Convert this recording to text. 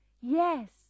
yes